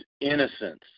innocence